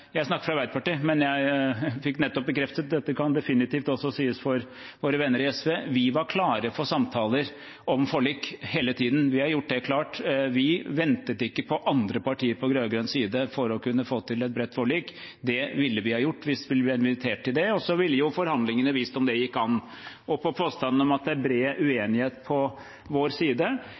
dette definitivt også kan sies for våre venner i SV – og det er at vi var klare for samtaler om forlik hele tiden. Vi har gjort det klart. Vi ventet ikke på andre partier på rød-grønn side for å kunne få til et bredt forlik. Det ville vi ha gjort hvis vi ble invitert til det, og så ville jo forhandlingene vist om det gikk an. Og til påstanden om at det er bred uenighet på vår side: